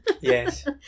Yes